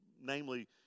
namely